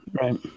Right